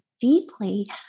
deeply